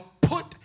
put